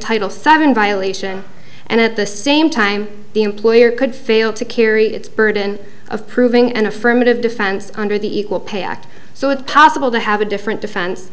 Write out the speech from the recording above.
title seven violation and at the same time the employ or could fail to carry its burden of proving an affirmative defense under the equal pay act so it's possible to have a different defense